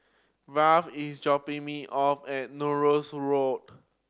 Val is dropping me off at Norris Road